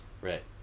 Right